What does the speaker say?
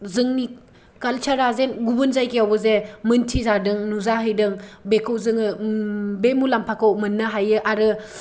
जोंनि कल्चरा जे गुबुन जायगायावबोजे मोन्थि जादों नुजा हैदों बेखौ जोङो बे मुलामफाखौ मोननो हायो आरो